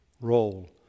role